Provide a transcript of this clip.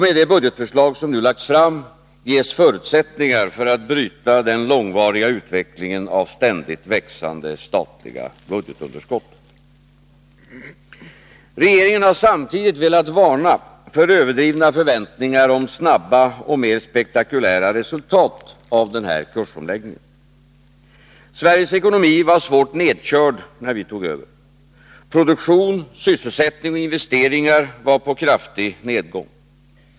Med det budgetförslag som nu lagts fram ges förutsättningar för att bryta den långvariga utvecklingen av ständigt växande statliga budgetunderskott. Regeringen har samtidigt velat varna för överdrivna förväntningar om snabba och mera spektakulära resultat av den här kursomläggningen. Sveriges ekonomi var svårt nedkörd när vi tog över. Produktion, sysselsättning och investeringar var på kraftig nedgång.